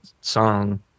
song